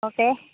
okay